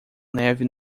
neve